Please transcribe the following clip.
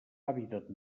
hàbitat